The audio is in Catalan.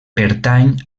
pertany